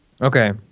Okay